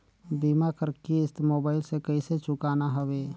बीमा कर किस्त मोबाइल से कइसे चुकाना हवे